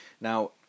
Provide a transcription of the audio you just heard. Now